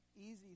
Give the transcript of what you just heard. easy